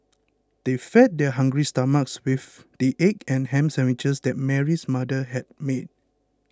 they fed their hungry stomachs with the egg and ham sandwiches that Mary's mother had made